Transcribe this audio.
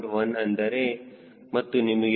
1 ಆದರೆ ಮತ್ತು ನಿಮಗೆ 0